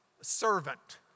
Servant